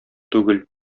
түгел